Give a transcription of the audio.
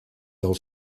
del